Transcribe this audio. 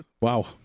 Wow